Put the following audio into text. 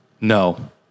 No